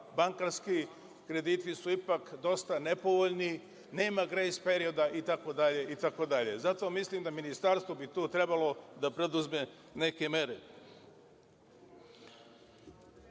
bankarski krediti su ipak dosta nepovoljni, nema grejs perioda itd, itd. Mislim da bi Ministarstvo tu trebalo da preduzme neke mere. Ono